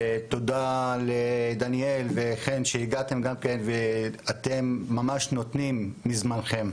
תודה לדניאל וחן שהגעתם ושאתם נותנים מזמנכם.